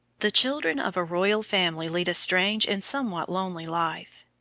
the children of a royal family lead a strange and somewhat lonely life.